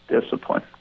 discipline